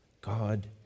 God